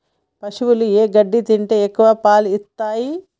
పశువులు ఏ గడ్డి తింటే ఎక్కువ పాలు ఇస్తాయి?